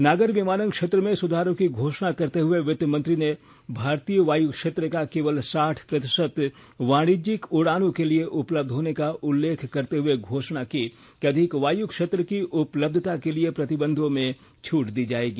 नागर विमानन क्षेत्र में सुधारों की घोषणा करते हुए वित्त मंत्री ने भारतीय वायु क्षेत्र का केवल साठ प्रतिशत वाणिज्यिक उडानों के लिए उपलब्ध होने का उल्लेख करते हए घोषणा की कि अधिक वायु क्षेत्र की उपलब्धता के लिए प्रतिबंधों में छूट दी जाएगी